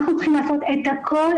אנחנו צריכים לעשות את הכל,